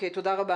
תודה רבה.